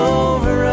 over